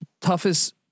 toughest